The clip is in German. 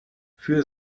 für